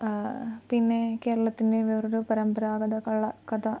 പിന്നെ കേരളത്തിൻ്റെ വേറൊരു പരമ്പരാഗത കഥ